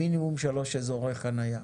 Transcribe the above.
מינימום שלושה אזורי חניה.